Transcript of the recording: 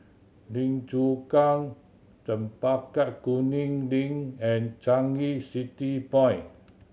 Lim Chu Kang Chempaka Kuning Link and Changi City Point